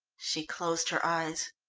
she closed her eyes.